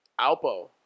Alpo